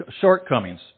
shortcomings